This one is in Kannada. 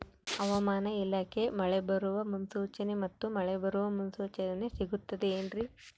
ಹವಮಾನ ಇಲಾಖೆ ಮಳೆ ಬರುವ ಮುನ್ಸೂಚನೆ ಮತ್ತು ಮಳೆ ಬರುವ ಸೂಚನೆ ಸಿಗುತ್ತದೆ ಏನ್ರಿ?